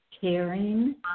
caring